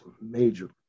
major